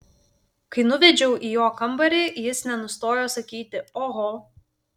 kai nuvedžiau į jo kambarį jis nenustojo sakyti oho